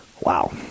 wow